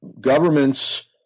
government's